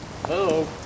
Hello